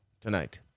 tonight